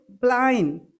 blind